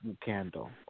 candle